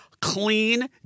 Clean